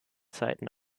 zeiten